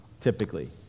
typically